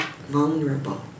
vulnerable